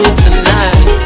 tonight